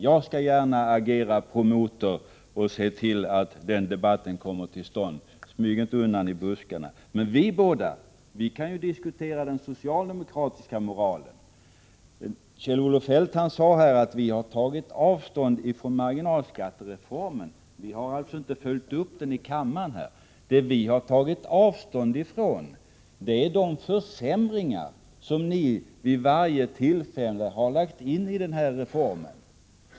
Jag skall gärna agera promotor och se till att den debatten kommer till stånd. Smyg inte undan i buskarna! Men vi båda kan ju diskutera den socialdemokratiska moralen. Kjell-Olof Feldt sade här att vi har tagit avstånd från marginalskattereformen — att vi inte har följt upp den här i kammaren. Vad vi har tagit avstånd ifrån är de försämringar som ni vid varje tillfälle har lagt in i den reformen.